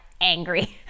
angry